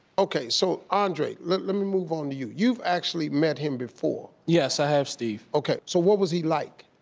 okay so andre, let let me move on to you. you've actually met him before. yes, i have steve. okay, so what was he like?